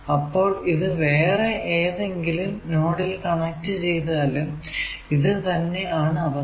അപ്പോൾ ഇത് വേറെ ഏതെങ്കിലും നോഡിൽ കണക്ട് ചെയ്താലും ഇത് തന്നെ ആണ് അവസ്ഥ